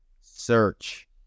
Search